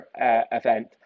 event